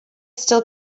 still